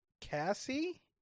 Cassie